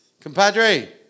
Compadre